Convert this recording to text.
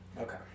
Okay